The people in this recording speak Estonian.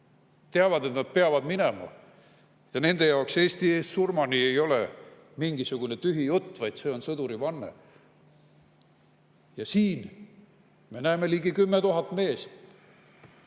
teavad, et nad peavad minema. Nende jaoks "Eesti eest surmani" ei ole mingisugune tühi jutt, vaid see on sõdurivanne. Aga siin me näeme ligi 10 000 meest,